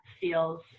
feels